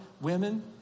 women